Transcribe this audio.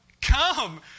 Come